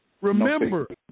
Remember